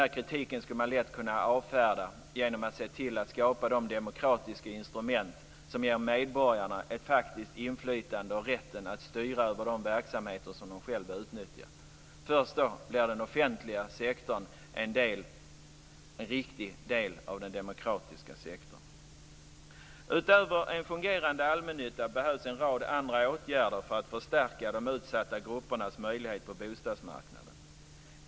Denna kritik skulle man lätt kunna avfärda genom att se till att skapa de demokratiska instrument som ger medborgarna ett faktiskt inflytande och rätten att styra över de verksamheter som de själva utnyttjar. Först då blir den offentliga sektorn en riktig del av den demokratiska sektorn. Utöver en fungerande allmännytta behövs en rad andra åtgärder för att förstärka de utsatta gruppernas möjligheter på bostadsmarknaden.